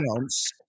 chance